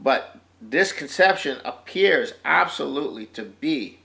but this conception appears absolutely to be